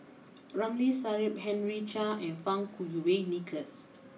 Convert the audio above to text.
Ramli Sarip Henry Chia and Fang Kuo Wei Nicholas